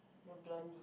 no blondie